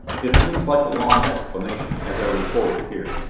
it seems like a long explanation, as i record it here,